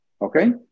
Okay